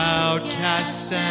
outcasts